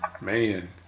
man